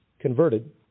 converted